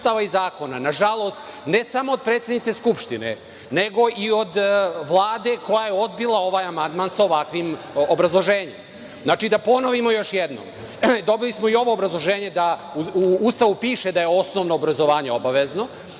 Ustava i zakona, nažalost ne samo od predsednice Skupštine, nego i od Vlade koja je odbila ovaj amandman sa ovakvim obrazloženjem. Da ponovimo još jednom, dobili smo i ovo obrazloženje da u Ustavu piše da je osnovno obrazovanje obavezno,